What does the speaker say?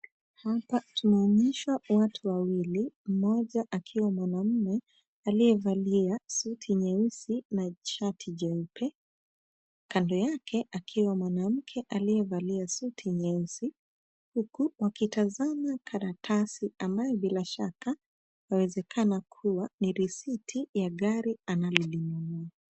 Hapa tunaonyeshwa watu wawili, mmoja akiwa mwanaume aliyevalia suti nyeusi na shati jeupe. Kando yake akiwa mwanamke aliyevalia suti nyeusi huku wakitazama karatasi ambayo bila shaka yawezekana kuwa ni risiti ya gari analolinunua.